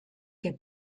que